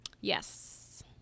yes